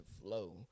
flow